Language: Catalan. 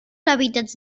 hàbitats